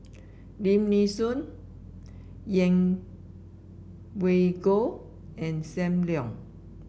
Lim Nee Soon Yeng Pway Ngon and Sam Leong